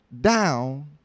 down